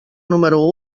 número